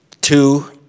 two